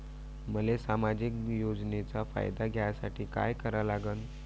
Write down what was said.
मले सामाजिक योजनेचा फायदा घ्यासाठी काय करा लागन?